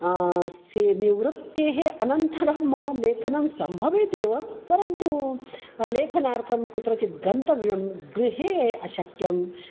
स निवृत्तेः अनन्तरं मम लेखनं सम्भवेत् एव परन्तु लेखनार्थं कुत्रचित् गन्तव्यं गृहे अशक्यम्